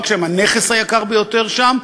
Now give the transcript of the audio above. לא רק שהם הנכס היקר ביותר שם,